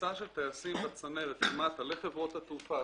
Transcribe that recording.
הכניסה של טייסים בצנרת למטה לחברות התעופה,